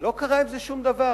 לא קרה עם זה שום דבר,